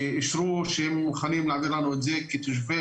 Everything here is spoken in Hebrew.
אישרו שהם מוכנים להעביר לנו את זה כי תושבי